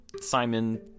Simon